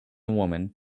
woman